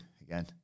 again